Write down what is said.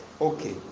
Okay